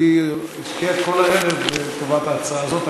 היא השקיעה את כל הערב לטובת ההצעה הזאת,